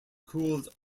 cooled